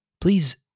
please